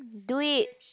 do it